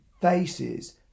faces